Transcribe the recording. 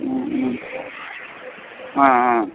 ம் ம் ஆ ஆ